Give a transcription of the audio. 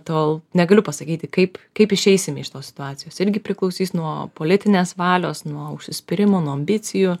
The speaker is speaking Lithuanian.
tol negaliu pasakyti kaip kaip išeisim iš tos situacijos irgi priklausys nuo politinės valios nuo užsispyrimo nuo ambicijų